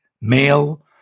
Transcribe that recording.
male